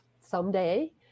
someday